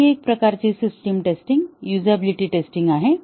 आणखी एक प्रकारची सिस्टिम टेस्टिंग युझबिलिटी टेस्टिंग आहे